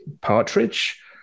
Partridge